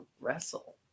wrestle